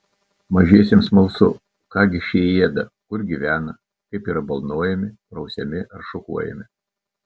mažiesiems smalsu ką gi šie ėda kur gyvena kaip yra balnojami prausiami ar šukuojami